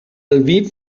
lviv